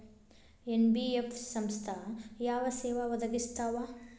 NBF ಸಂಸ್ಥಾ ಯಾವ ಸೇವಾ ಒದಗಿಸ್ತಾವ?